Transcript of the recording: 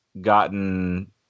gotten